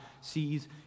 sees